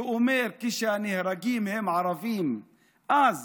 שאומר שכשהנהרגים הם ערבים אז